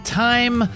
time